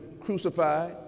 crucified